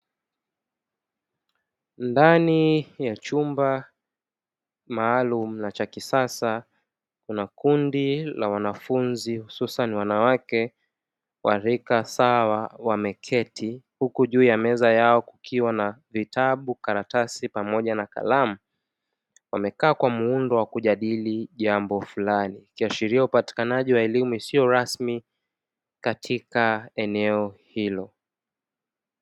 Ndani ya chumba maalumu na cha kisasa, kuna kundi la wanafunzi hususani wanawake wa rika sawa wameketi, huku juu ya meza yao kukiwa na vitabu, karatasi, pamoja na kalamu, wamekaa kwa muundo wa kujadili jambo fulani, kiashirio cha upatikanaji wa elimu isiyo rasmi katika eneo hilo.